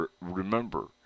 remember